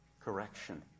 correction